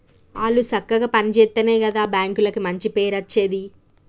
ఆళ్లు సక్కగ పని జేత్తెనే గదా బాంకులకు మంచి పేరచ్చేది